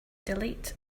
delete